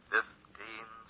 Fifteen